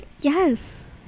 Yes